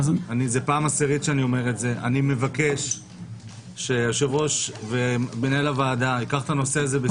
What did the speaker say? אני מבקש שהיושב-ראש ומנהל הוועדה ייקחו את הנושא הזה.